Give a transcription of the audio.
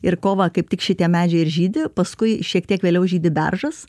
ir kovą kaip tik šitie medžiai ir žydi paskui šiek tiek vėliau žydi beržas